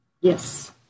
Yes